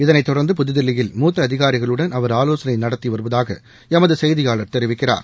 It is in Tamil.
இதனைத் தொடர்ந்து புதுதில்லியில் மூத்தஅதிகாரிகளுடன் அவர் ஆலோசனைநடத்தியவருவதாகளமதுசெய்தியாளர் தெரிவிக்கிறார்